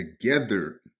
together